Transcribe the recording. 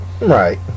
Right